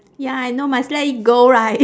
ya I know must let it go right